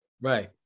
right